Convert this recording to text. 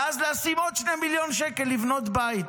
ואז לשים עוד 2 מיליון שקל לבנות בית.